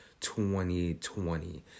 2020